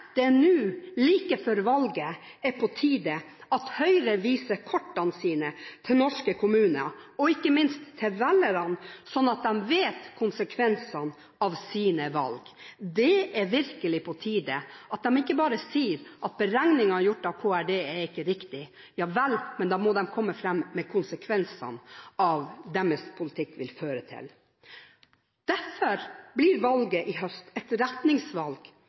Kanskje det nå, like før valget, er på tide at Høyre viser kortene sine til norske kommuner og ikke minst til velgerne, slik at de vet konsekvensene av sine valg. Det er virkelig på tide at de ikke bare sier at beregninger gjort av departementet ikke er riktige. Vel, da må de komme fram med konsekvensene av hva deres politikk vil føre til. Derfor blir valget i høst